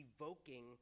evoking